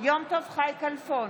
יום טוב חי כלפון,